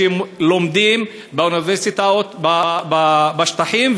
שלומדים באוניברסיטאות בשטחים,